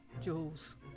Jules